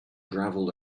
gravel